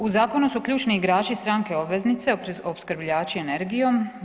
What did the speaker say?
U zakonu su ključni igrači stranke obveznice, opskrbljivači energijom.